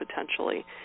potentially